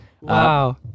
Wow